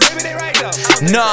Nah